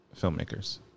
filmmakers